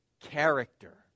character